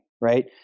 right